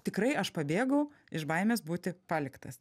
tikrai aš pabėgau iš baimės būti paliktas